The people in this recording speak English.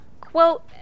Quote